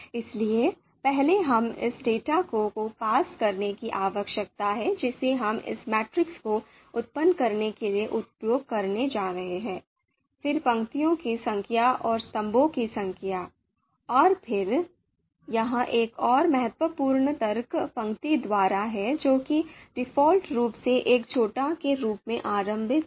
इसलिए पहले हमें इस डेटा को पास करने की आवश्यकता है जिसे हम इस मैट्रिक्स को उत्पन्न करने के लिए उपयोग करने जा रहे हैं फिर पंक्तियों की संख्या और स्तंभों की संख्या और फिर यहां एक और महत्वपूर्ण तर्क पंक्ति द्वारा है जो कि डिफ़ॉल्ट रूप से एक झूठा के रूप में आरंभिक है